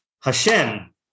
Hashem